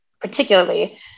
particularly